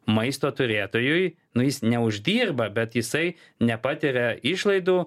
maisto turėtojui jis neuždirba bet jisai nepatiria išlaidų